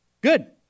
Good